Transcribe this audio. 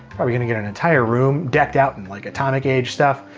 probably gonna get an entire room decked out in like atonic age stuff.